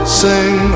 sing